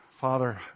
Father